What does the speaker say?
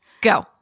go